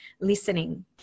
listening